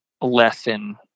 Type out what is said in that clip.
lesson